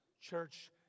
Church